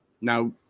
Now